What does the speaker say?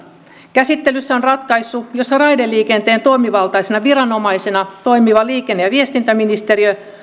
käsittelyssä on ratkaisu jossa raideliikenteen toimivaltaisena viranomaisena toimiva liikenne ja viestintäministeriö